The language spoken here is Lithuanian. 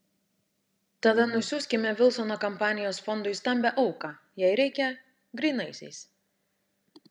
tada nusiųskime vilsono kampanijos fondui stambią auką jei reikia grynaisiais